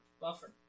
Buffer